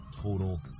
total